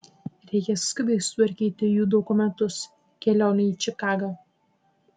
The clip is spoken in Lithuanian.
reikia skubiai sutvarkyti jų dokumentus kelionei į čikagą